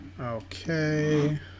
Okay